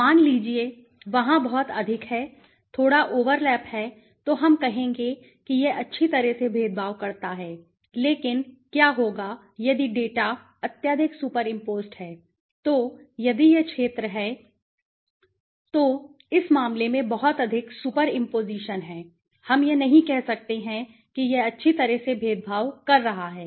मान लीजिए वहाँ बहुत अधिक है थोड़ा ओवरलैप है तो हम कहेंगे कि यह अच्छी तरह से भेदभाव करता है लेकिन क्या होगा यदि डेटा अत्यधिक सुपर इम्पोज़ड है तो यदि यह क्षेत्र है तो यह इस मामले में बहुत अधिक सुपर इम्पोजिशनहै हम यह नहीं कह सकते कि यह अच्छी तरह से भेदभाव कर रहा है